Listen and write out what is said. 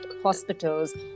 hospitals